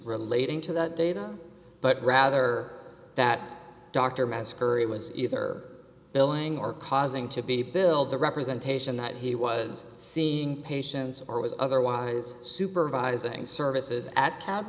relating to that data but rather that dr meds curry was either billing or causing to be billed the representation that he was seeing patients or was otherwise supervising services at ca